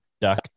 duck